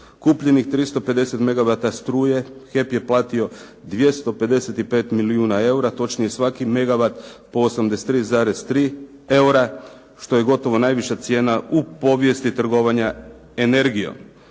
kupljenih 350 megavata struje HEP je platio 255 milijuna eura, točnije svaki megavat po 83,3 eura što je gotovo najviša cijena u povijesti trgovanja energijom.